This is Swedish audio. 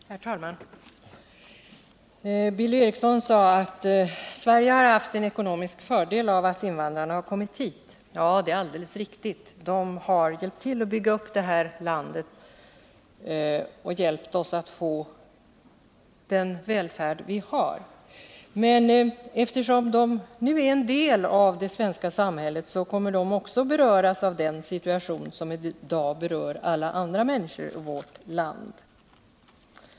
Herr talman! Billy Eriksson sade att Sverige har haft ekonomisk fördel av att invandrarna har kommit hit. Ja, det är alldeles riktigt. De har hjälpt till att bygga upp vårt land och bidragit till att vi fått den välfärd vi har. Men eftersom de nu är en del av det svenska samhället, kommer också de att beröras av den situation som i dag gäller för alla andra människor i vårt land.